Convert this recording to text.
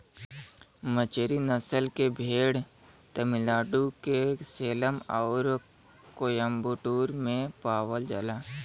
मचेरी नसल के भेड़ तमिलनाडु के सेलम आउर कोयम्बटूर में पावल जाला